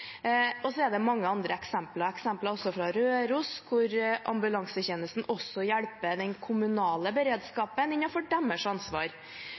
er også mange andre eksempler – bl.a. fra Røros, hvor ambulansetjenesten også hjelper den kommunale beredskapen innenfor deres ansvar.